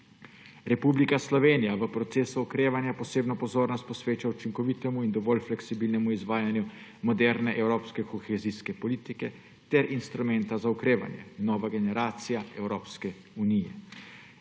Republika Slovenija v procesu okrevanja posebno pozornost posveča učinkovitemu in dovolj fleksibilnemu izvajanju moderne evropske kohezijske politike ter instrumenta za okrevanje Nova generacija Evropske unije.